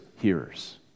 hearers